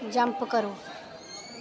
jump करो